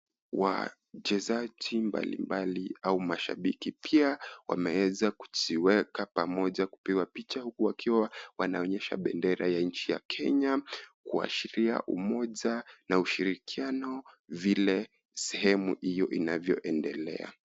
Wachezaji mbalimbali au mashabiki pia wameweza kujiweka pamoja kupigwa picha wakiwa wanaonyesha bendera ya nchi ya Kenya kuashiria umoja na ushirikiano vile sehemu hivyo inavyoendelea.